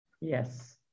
yes